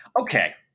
okay